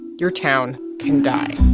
your town can die